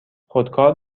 خودکار